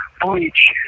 bleach